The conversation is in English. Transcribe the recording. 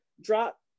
drop